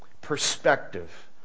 perspective